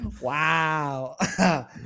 Wow